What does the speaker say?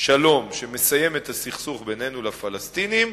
שלום שמסיים את הסכסוך בינינו לפלסטינים,